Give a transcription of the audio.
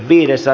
asia